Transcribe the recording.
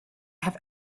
have